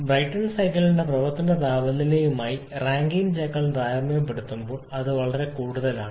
Brayton സൈക്കിളിന്റെ പ്രവർത്തന താപനിലയുമായി റാങ്കൈൻ ചക്രം താരതമ്യപ്പെടുത്തുമ്പോൾ വളരെ കൂടുതലാണ്